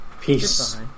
Peace